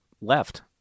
left